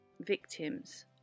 victims